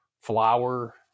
flour